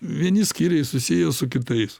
vieni skyriai susiję su kitais